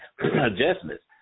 adjustments